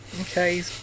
Okay